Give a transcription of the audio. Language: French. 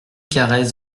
carrez